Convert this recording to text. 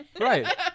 right